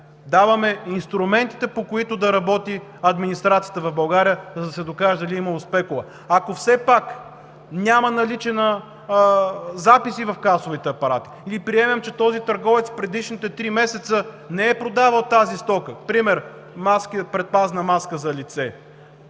Даваме инструментите, по които да работи администрацията в България, за да се докаже дали е имало спекула. Ако все пак няма наличие на записи в касовите апарати или приемем, че този търговец в предишните три месеца не е продавал тази стока, например предпазна маска за лице,